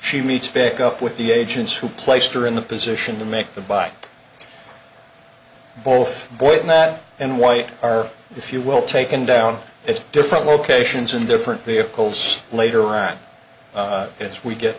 she meets back up with the agents who placed her in the position to make the buy both boy and that and white are if you will taken down it's different locations and different vehicles later on as we get